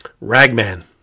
Ragman